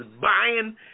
buying